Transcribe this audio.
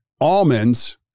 almonds